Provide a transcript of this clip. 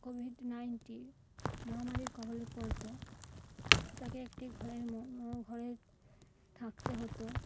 Covid nineteen মহামারীর কবলে পড়ত তাকে একটি ঘরের মো ঘরে থাকতে হতো